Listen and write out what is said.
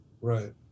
right